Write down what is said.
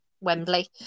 Wembley